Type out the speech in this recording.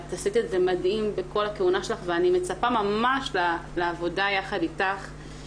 ואת עשית את זה מדהים בכל הכהונה שלך ואני מצפה ממש לעבודה יחד איתך,